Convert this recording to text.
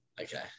Okay